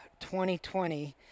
2020